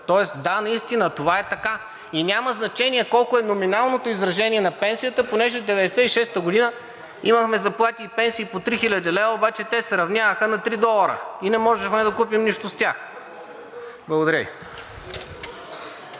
Тоест, да, наистина това е така, и няма значение колко е номиналното изражение на пенсията, понеже 1996 г. имахме заплати и пенсии по 3000 лв., обаче те се равняваха на 3 долара и не можехме за купим нищо с тях. Благодаря